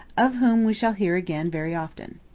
of whom we shall hear again very often.